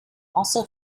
also